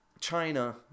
China